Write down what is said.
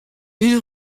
une